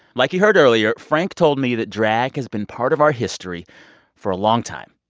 like you heard earlier, frank told me that drag has been part of our history for a long time.